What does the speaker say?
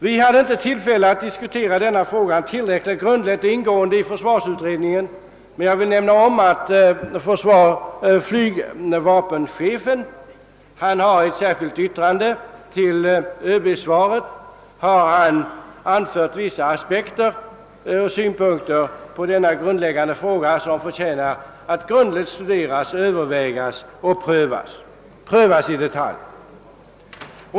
Vi hade inte tillfälle att diskutera denna fråga tillräckligt grundligt och ingående i försvarsutredningen, men jag vill nämna att flygvapenchefen i ett särskilt yttrande till ÖB-svaret har anfört vissa aspekter på denna grundläggande fråga, vilka förtjänar att grundligt studeras, övervägas och prövas i detalj.